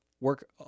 work